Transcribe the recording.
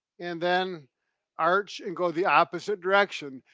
and then arch and go the opposite direction.